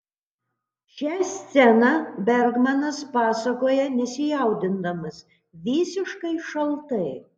šią sceną bergmanas pasakoja nesijaudindamas visiškai šaltai